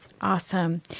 Awesome